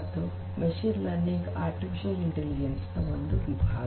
ಮತ್ತು machine learning artificial intelligence ನ ಒಂದು ವಿಭಾಗ